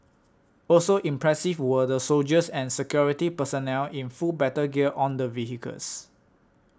also impressive were the soldiers and security personnel in full battle gear on the vehicles